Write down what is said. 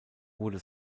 wurde